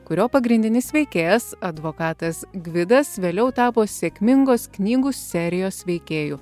kurio pagrindinis veikėjas advokatas gvidas vėliau tapo sėkmingos knygų serijos veikėju